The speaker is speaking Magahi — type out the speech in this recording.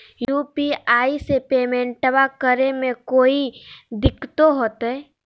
यू.पी.आई से पेमेंटबा करे मे कोइ दिकतो होते?